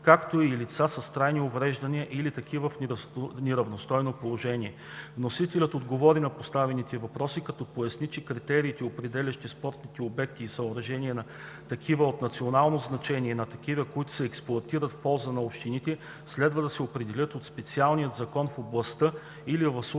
както и на лица с трайни увреждания или такива в неравностойно положение. Вносителят отговори на поставените въпроси, като поясни, че критериите, определящи спортните обекти и съоръжение на такива от национално значение и на такива, които се експлоатират в полза на общините, следва да се определят от специалния закон в областта или в случая